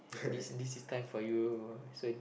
this this is time for you so